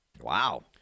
Wow